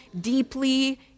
deeply